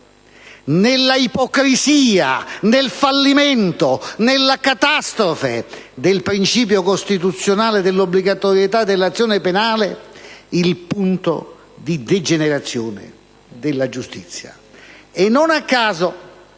nell'ipocrisia, nel fallimento e nella catastrofe del principio costituzionale dell'obbligatorietà dell'azione penale il punto di degenerazione della giustizia. Non a caso